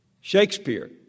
Shakespeare